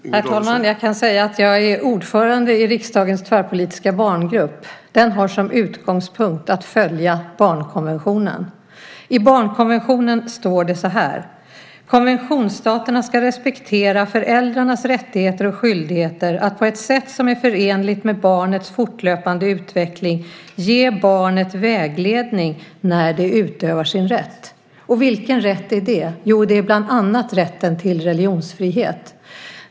Herr talman! Jag kan säga att jag är ordförande i riksdagens tvärpolitiska barngrupp. Den har som utgångspunkt att följa barnkonventionen. I barnkonventionen står det så här: Konventionsstaterna ska respektera föräldrarnas rättigheter och skyldigheter att på ett sätt som är förenligt med barnets fortlöpande utveckling ge barnet vägledning när det utövar sin rätt. Vilken rätt är det? Jo, det är bland annat rätten till religionsfrihet.